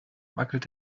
wackelt